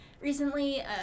recently